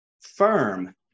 firm